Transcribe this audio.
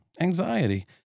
anxiety